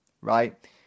right